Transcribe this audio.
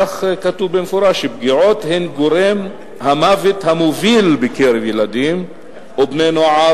כך כתוב במפורש פגיעות הן גורם המוות המוביל בקרב ילדים ובני-נוער